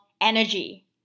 energy